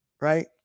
right